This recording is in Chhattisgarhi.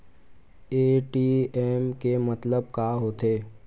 ए.टी.एम के मतलब का होथे?